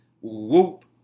Whoop